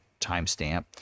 timestamp